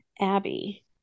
Abby